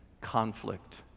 conflict